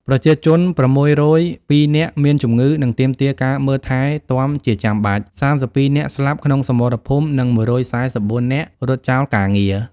ប្រជាជន ៦០២នាក់មានជំងឺ និងទាមទារការមើលថែទាំជាចំបាច់ ៣២នាក់ស្លាប់ក្នុងសមរភូមិ និង១៤៤នាក់រត់ចោលការងារ។